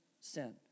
sin